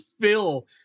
fill